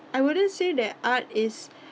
I wouldn't say that art is